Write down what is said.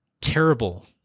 terrible